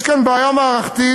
יש כאן בעיה מערכתית,